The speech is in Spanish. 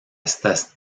estas